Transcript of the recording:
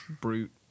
brute